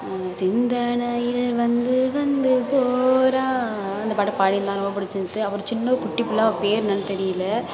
அந்த பாட்டை பாடியிருந்தான் ரொம்ப பிடிச்சி இருந்தது அப்புறம் சின்ன குட்டி புள்ளை அவள் பேர் என்னானு தெரியிலை